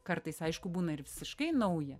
kartais aišku būna ir visiškai nauja